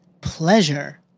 Pleasure